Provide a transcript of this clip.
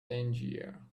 tangier